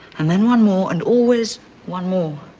and then one more, and always one more.